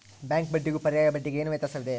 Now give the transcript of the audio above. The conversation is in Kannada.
ಬ್ಯಾಂಕ್ ಬಡ್ಡಿಗೂ ಪರ್ಯಾಯ ಬಡ್ಡಿಗೆ ಏನು ವ್ಯತ್ಯಾಸವಿದೆ?